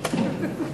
אפשר, סליחה רגע,